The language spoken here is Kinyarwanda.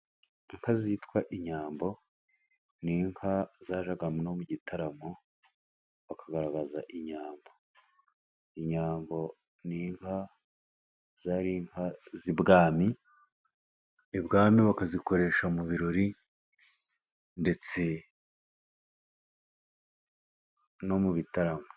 Inka zitwa inyambo ni inka zajyagamo no mu gitaramo bakagaragaza inyambo. Inyambo ni inka zari inka z'ibwami, ibwami bakazikoresha mu birori ndetse no mu bitaramo.